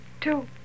Two